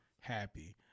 happy